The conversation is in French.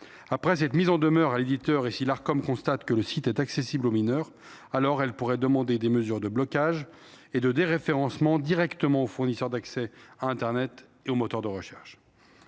Après cette mise en demeure à l’éditeur, et si l’Arcom constate que le site est accessible aux mineurs, alors elle pourrait demander des mesures de blocage et de déréférencement directement aux fournisseurs d’accès à internet et aux moteurs de recherche.